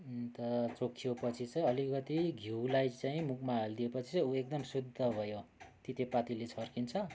अन्त चोखियो पछि चाहिँ अलिकति घिउलाई चाहिँ मुखमा हाल्दिए पछि चाहिँ ऊ एकदम शुद्ध भयो तितेपातीले छर्किन्छ